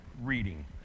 reading